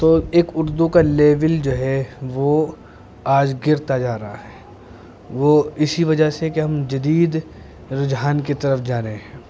تو ایک اردو کا لیول جو ہے وہ آج گرتا جا رہا ہے وہ اسی وجہ سے کہ ہم جدید رجحان کی طرف جا رہے ہیں